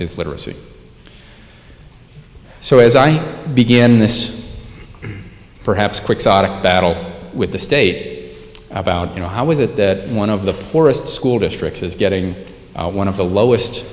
is literacy so as i begin this perhaps quixotic battle with the state about you know how is it that one of the poorest school districts is getting one of the lowest